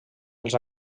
els